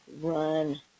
run